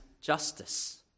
justice